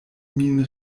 min